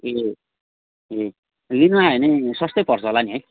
ए ए लिनु आएँ भने सस्तै पर्छ होला नि है